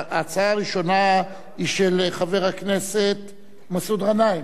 ההצעה הראשונה היא של חבר הכנסת מסעוד גנאים.